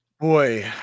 Boy